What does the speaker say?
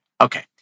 Okay